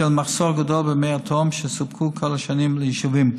בשל מחסור גדול במי התהום שסופקו כל השנים ליישובים.